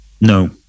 no